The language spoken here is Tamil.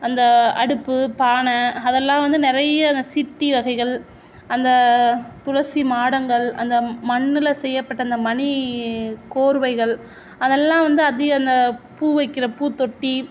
அந்த அடுப்பு பானை அதெல்லாம் வந்து நிறைய அந்த சித்தி வகைகள் அந்த துளசி மாடங்கள் அந்த மண்ணில் செய்யப்பட்ட அந்த மணி கோர்வைகள் அதெல்லாம் வந்து அதிகம் அந்த பூ வைக்கிற பூ தொட்டி